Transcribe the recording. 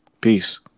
Peace